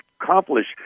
accomplish